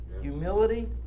humility